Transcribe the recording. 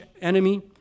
enemy